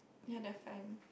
ya they're fine